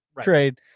trade